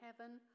heaven